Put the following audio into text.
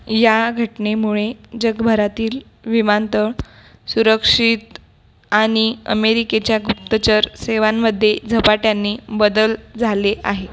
या घटनेमुळे जगभरातील विमानतळ सुरक्षित आणि अमेरिकेच्या गुप्तचर सेवांमध्ये झपाट्याने बदल झाले आहे